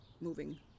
moving